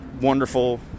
wonderful